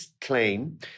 claim